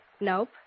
Nope